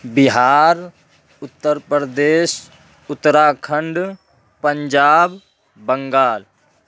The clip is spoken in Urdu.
بہار اتر پردیش اتراکھنڈ پنجاب بنگال